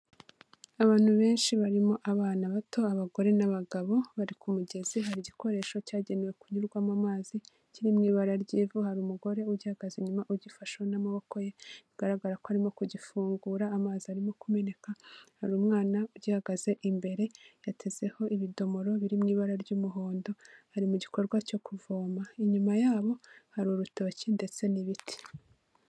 Abantu benshi barimo abana bato, abagore, n'abagabo, bari ku mugezi, hari igikoresho cyagenewe kunyurwamo amazi kiri m u ibara ry'ivu, hari umugore uhagaze inyuma ugifashe n'amaboko ye bigaragara ko arimo kugifungura, amazi arimo kumeneka, hari umwana ugihagaze imbere yatezeho ibidomoro biri mu ibara ry'umuhondo ari mu gikorwa cyo kuvoma, inyuma yabo hari urutoki ndetse n'ibiti.